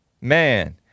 Man